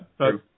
True